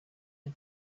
had